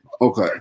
Okay